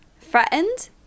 Threatened